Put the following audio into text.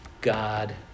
God